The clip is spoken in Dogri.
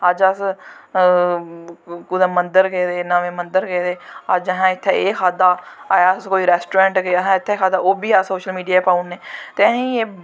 अज्ज अस कुदै मन्दर गेदे नमें मन्दर गेदे अज्ज असैं इत्थें एह् खाद्दा अज्ज अस कुदै रैस्टोरैंट गे असें खाद्दा ओह् बी अस सोशल मीडिया च पाई ओड़ने ते असें एह्